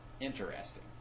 interesting